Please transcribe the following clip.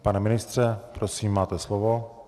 Pane ministře, prosím, máte slovo.